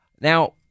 Now